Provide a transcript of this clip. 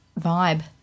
vibe